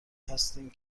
هستیم